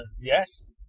yes